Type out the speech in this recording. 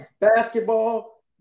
basketball